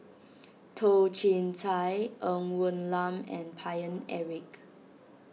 Toh Chin Chye Ng Woon Lam and Paine Eric